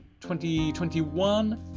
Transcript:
2021